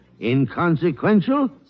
inconsequential